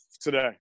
today